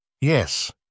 Yes